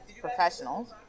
professionals